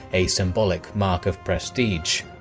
a symbolic mark of prestige.